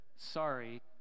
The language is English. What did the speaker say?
Sorry